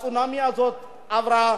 הצונאמי הזה עבר,